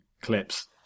clips